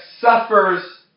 suffers